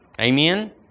Amen